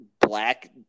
black